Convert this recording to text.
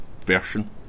version